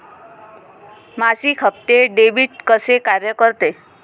मासिक हप्ते, डेबिट कसे कार्य करते